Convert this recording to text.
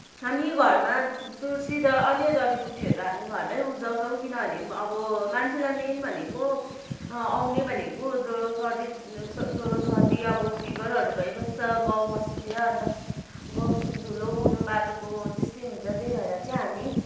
हामी घरमा तुलसी र अन्य जडीबुटीहरू हामी घरमै उब्जाउँछौँ किनभने अब मान्छेलाई मेन भनेको आउने भनेको ज्वरो सर्दी ज्वरो सर्दी अब फिवरहरू भइबस्छ गाउँबस्तीतिर अन्त धुलोमुलो बाटोको त्यस्तै हुन्छ त्यही भएर चाहिँ हामी